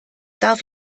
darf